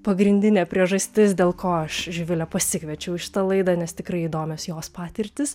pagrindinė priežastis dėl ko aš živilę pasikviečiau į šitą laidą nes tikrai įdomios jos patirtys